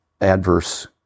adverse